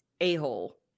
a-hole